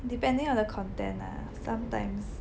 depending on the content ah sometimes